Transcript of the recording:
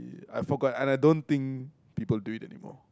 I forgot and I don't think people do it anymore